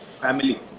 family